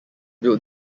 built